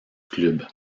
club